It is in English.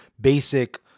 basic